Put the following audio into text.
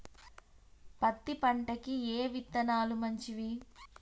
పత్తి పంటకి ఏ విత్తనాలు మంచివి?